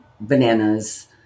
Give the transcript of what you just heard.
bananas